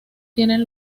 tienen